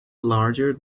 larger